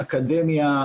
אקדמיה,